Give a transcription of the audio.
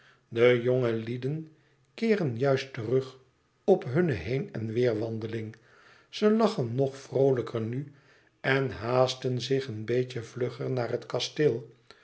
de jongelieden keeren juist terug op hunne heen en weêr wandeling ze lachen nog vroolijker nu en haasten zich een beetje vlugger naar het kasteel